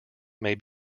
may